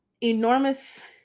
enormous